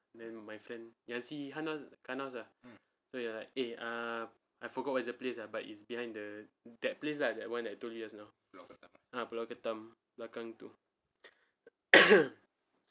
then my friend ya si hanas hanas ah so he was like eh err I forgot what's the place ah but it's behind the that place lah that [one] that I told you just now ah pulau ketam belakang tu